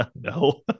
No